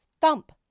thump